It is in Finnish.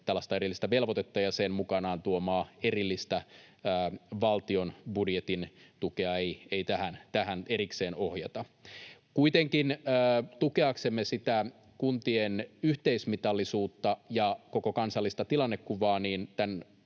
tällaista erillistä velvoitetta ja sen mukanaan tuomaa erillistä valtion budjetin tukea ei tähän erikseen ohjata. Kuitenkin tukeaksemme sitä kuntien yhteismitallisuutta ja koko kansallista tilannekuvaa